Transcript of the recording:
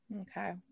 okay